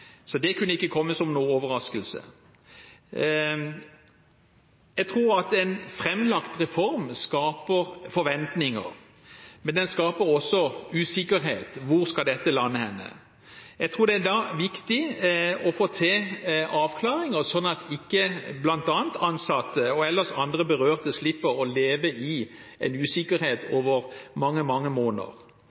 Så det kan ikke ha kommet som noen overraskelse. Jeg tror at en framlagt reform skaper forventninger, men den skaper også usikkerhet – hvor skal dette lande? Jeg tror det da er viktig å få til avklaringer, sånn at ansatte og andre berørte slipper å leve i usikkerhet over mange, mange måneder.